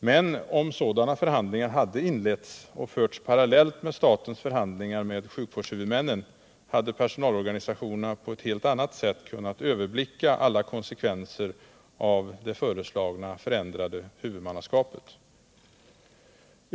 Men om sådana förhandlingar hade inletts och förts parallellt med statens förhandlingar med sjukvårdshuvudmännen hade personalorganisationerna på ett helt annat sätt kunnat överblicka alla konsekvenser av det föreslagna förändrade huvudmannaskapet.